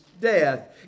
death